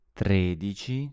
tredici